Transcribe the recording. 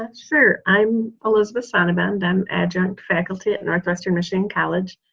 ah sure, i'm elizabeth sonnabend. i'm adjunct faculty at north western michigan college,